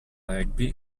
rugby